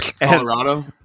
Colorado